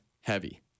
heavy